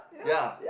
ya